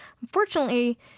unfortunately